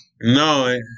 No